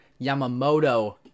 Yamamoto